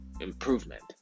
improvement